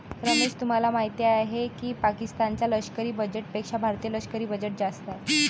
रमेश तुम्हाला माहिती आहे की पाकिस्तान च्या लष्करी बजेटपेक्षा भारतीय लष्करी बजेट जास्त आहे